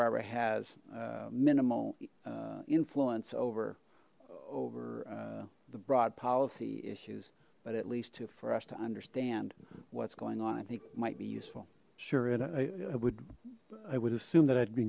barbara has minimal influence over over the broad policy issues but at least to for us to understand what's going on i think might be useful sure it i would i would assume that i'd be